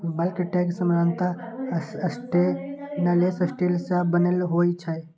bulk tank सामान्यतः stainless steel सं बनल होइ छै